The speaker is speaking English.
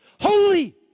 holy